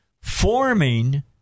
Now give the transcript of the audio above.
forming